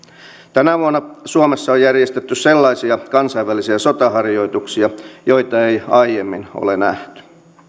tänä vuonna suomessa on järjestetty sellaisia kansainvälisiä sotaharjoituksia joita ei aiemmin ole nähty